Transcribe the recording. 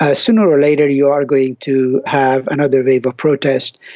ah sooner or later you are going to have another wave of protest,